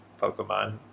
Pokemon